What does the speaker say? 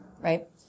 Right